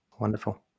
Wonderful